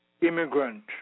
immigrant